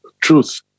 Truth